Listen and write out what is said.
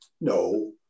no